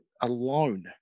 alone